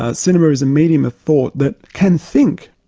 ah cinema as a medium of thought, that can think,